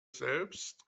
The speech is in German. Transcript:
selbst